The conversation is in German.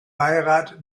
beirat